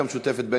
לא,